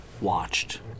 watched